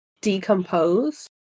decomposed